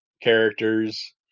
Characters